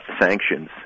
sanctions